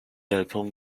album